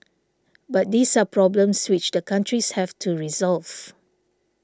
but these are problems which the countries have to resolve